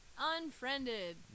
unfriended